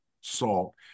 salt